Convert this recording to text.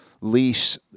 lease